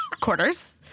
quarters